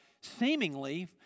seemingly